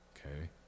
okay